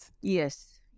Yes